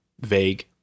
vague